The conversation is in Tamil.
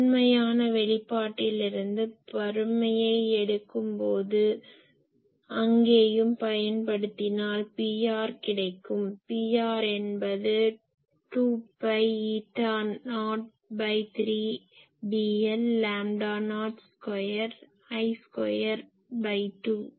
உண்மையான வெளிபாட்டிலிருந்து பருமனை எடுக்கும் போது அங்கேயும் பயன்படுத்தினால் Pr கிடைக்கும் Pr என்பது 2பை ஈட்டா நாட்3dlலாம்டா நாட் ஸ்கொயர் I ஸ்கொயர்2